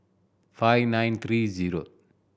five nine three zero